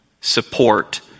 support